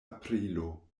aprilo